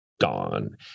gone